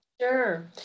Sure